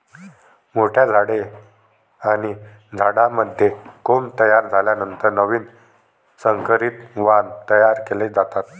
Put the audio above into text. मोठ्या झाडे आणि झाडांमध्ये कोंब तयार झाल्यानंतर नवीन संकरित वाण तयार केले जातात